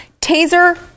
Taser